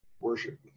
worship